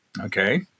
okay